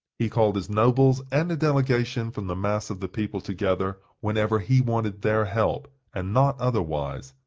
he called his nobles, and a delegation from the mass of the people, together, whenever he wanted their help, and not otherwise.